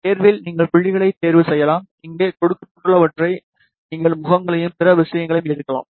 தேர்வில் நீங்கள் புள்ளிகளைத் தேர்வு செய்யலாம்இங்கே கொடுக்கப்பட்டுள்ளவற்றை நீங்கள் முகங்களையும் பிற விஷயங்களையும் எடுக்கலாம்